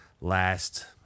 last